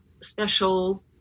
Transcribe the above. special